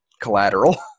collateral